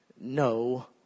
no